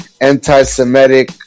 anti-Semitic